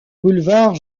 boulevard